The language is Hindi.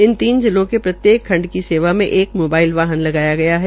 इन तीनों जिलों के प्रत्येक खंड की सेवा में एक मोबाइल वाहन लगाया गया है